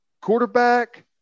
quarterback